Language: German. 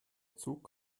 zug